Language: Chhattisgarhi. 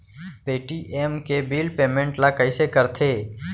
पे.टी.एम के बिल पेमेंट ल कइसे करथे?